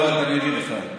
אני אגיד לך,